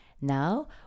now